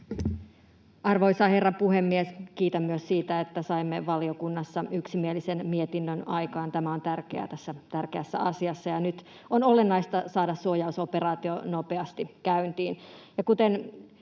Arvoisa herra puhemies! Kiitän myös siitä, että saimme valiokunnassa yksimielisen mietinnön aikaan. Tämä on tärkeää tässä tärkeässä asiassa, ja nyt on olennaista saada suojausoperaatio nopeasti käyntiin.